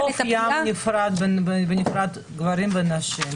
חוף ים נפרד לנשים וגברים,